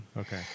Okay